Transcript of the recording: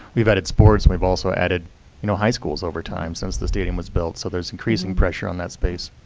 we've added sports, and we've also added you know high schools over time since the stadium was built, so there's increasing pressure on that space.